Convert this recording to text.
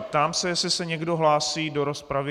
Ptám se, jestli se někdo hlásí ještě do rozpravy.